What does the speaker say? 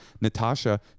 Natasha